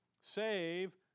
save